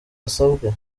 asabwe